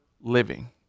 living